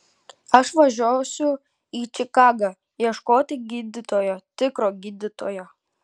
aš važiuosiu į čikagą ieškoti gydytojo tikro gydytojo